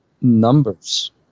numbers